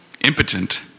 impotent